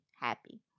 happy